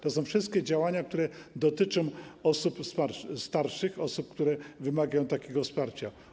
To są wszystkie działania, które dotyczą osób starszych, osób, które wymagają takiego wsparcia.